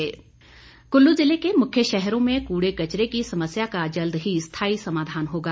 DC Kullu Kullu ज़िले के मुख्य शहरों में कूड़े कचरे की समस्या का जल्द ही स्थायी समाधान होगा